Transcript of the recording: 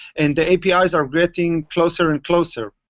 and the apis guys are getting closer and closer.